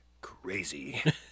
Crazy